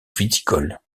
viticole